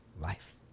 life